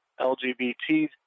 LGBT